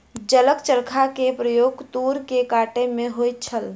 जलक चरखा के प्रयोग तूर के कटै में होइत छल